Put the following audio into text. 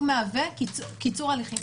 הוא מהווה קיצור הליכים.